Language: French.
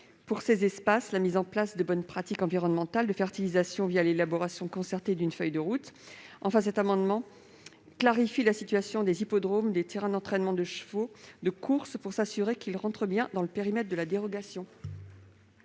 pour ces espaces, la mise en place de bonnes pratiques environnementales de fertilisation, l'élaboration concertée d'une feuille de route. Enfin, cet amendement vise à clarifier la situation des hippodromes et des terrains d'entraînement de chevaux de course, pour s'assurer qu'ils entrent bien dans le périmètre de la dérogation.